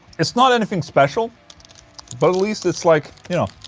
it's not anything special but at least it's like, you know.